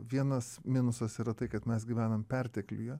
vienas minusas yra tai kad mes gyvenam pertekliuje